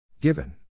given